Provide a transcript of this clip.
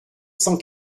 cent